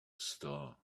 star